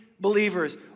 believers